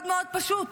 מאוד מאוד פשוט.